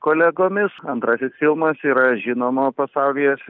kolegomis antrasis filmas yra žinoma pasaulyje